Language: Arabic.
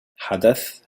حدث